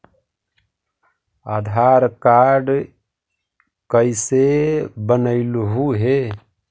आधार card कईसे बनैलहु हे?